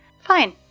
Fine